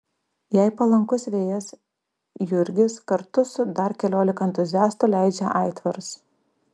jei palankus vėjas jurgis kartu su dar keliolika entuziastų leidžia aitvarus